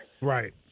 Right